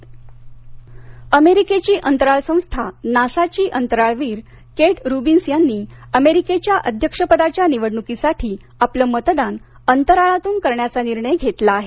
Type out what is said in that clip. नासाची अंतराळवीर अमेरिकेची अंतराळ संस्था नासाची अंतराळवीर केट रुबिन्स यांनी अमेरिकेच्या अध्यक्षपदाच्या निवडणुकीसाठी आपलं मतदान अंतराळातून करण्याचा निर्णय घेतला आहे